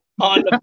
On